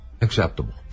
acceptable